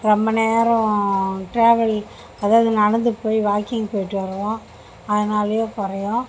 ரொம்ப நேரம் ட்ராவல் அதாவது நடந்து போய் வாக்கிங் போயிவிட்டு வருவோம் அதுனாலையும் குறையும்